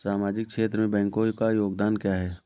सामाजिक क्षेत्र में बैंकों का योगदान क्या है?